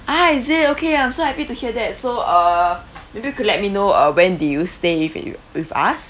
ah is it okay I'm so happy to hear that so err maybe you could let me know uh when did you stay wi~ with us